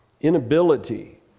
inability